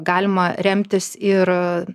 galima remtis ir